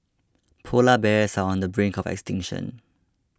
Polar Bears are on the brink of extinction